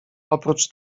oprócz